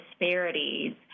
disparities